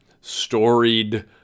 storied